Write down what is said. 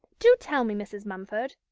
do tell me, mrs. mumford,